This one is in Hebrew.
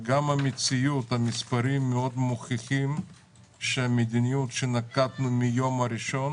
גם במציאות המספרים מוכיחים שהמדיניות שנקטנו מהיום הראשון